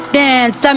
dance